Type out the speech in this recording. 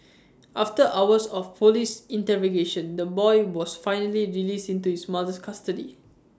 after hours of Police interrogation the boy was finally released into his mother's custody